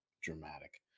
dramatic